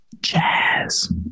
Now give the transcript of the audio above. Jazz